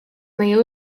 meie